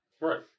Right